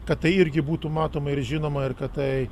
kad tai irgi būtų matoma ir žinoma ir kad tai